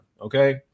okay